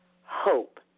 hope